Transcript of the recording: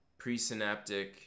presynaptic